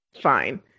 Fine